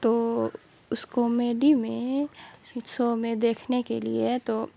تو اس کومیڈی میں سو میں دیکھنے کے لیے تو